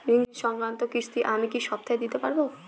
ঋণ সংক্রান্ত কিস্তি আমি কি সপ্তাহে দিতে পারবো?